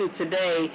today